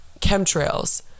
chemtrails